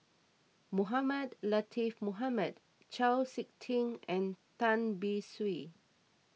Mohamed Latiff Mohamed Chau Sik Ting and Tan Beng Swee